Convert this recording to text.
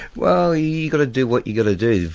well you've got to do what you've got to do.